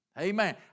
Amen